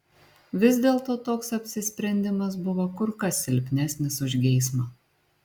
vis dėlto toks apsisprendimas buvo kur kas silpnesnis už geismą